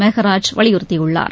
மெகராஜ் வலியுறுத்தியுள்ளார்